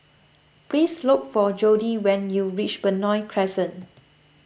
please look for Jordi when you reach Benoi Crescent